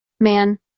man